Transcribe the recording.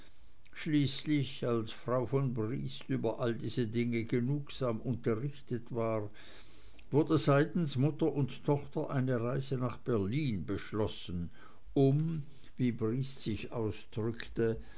schließlich als frau von briest über all diese dinge genugsam unterrichtet war wurde seitens mutter und tochter eine reise nach berlin beschlossen um wie briest sich ausdrückte